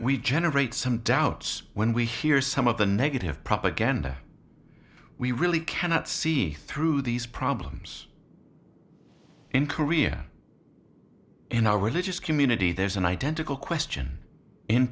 we generate some doubts when we hear some of the negative propaganda we really cannot see through these problems in korea in our religious community there's an identical question in